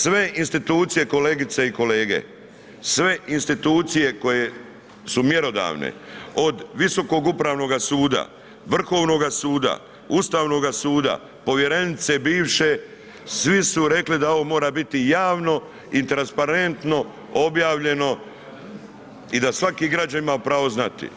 Sve institucije kolegice i kolege, sve institucije koje su mjerodavne od Visokog upravnoga suda, Vrhovnoga suda, Ustavnoga suda, povjerenice bivše, svi su rekli da ovo mora biti javno i transparentno objavljeno i da svaki građanin ima pravo znati.